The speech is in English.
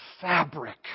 fabric